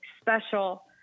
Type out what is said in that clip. special